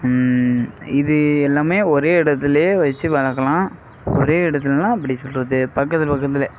இது எல்லாம் ஒரே இடத்துலே வச்சு வளர்க்கலாம் ஒரே இடத்துலனா எப்படி சொல்வது பக்கத்தில் பக்கத்திலே